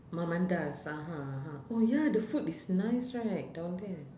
mamandas (uh huh) (uh huh) oh ya the food is nice right down there